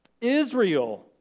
Israel